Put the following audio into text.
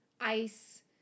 Ice